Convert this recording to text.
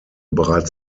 bereits